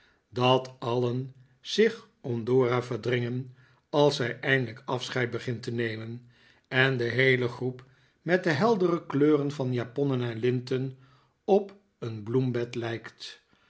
dat alien zich om dora verdringen als zij eindelijk afscheid begint te nemen en de heele groep met de heldere kleuren van japonnen en linten op een bloembed lijkt